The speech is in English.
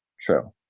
True